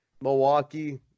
Milwaukee